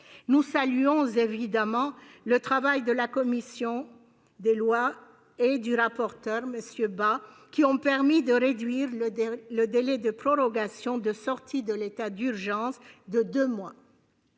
Nous saluons évidemment le travail de la commission des lois et du rapporteur, M. Bas, qui a permis de réduire le délai de prorogation de sortie de l'état d'urgence de deux mois.